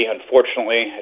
Unfortunately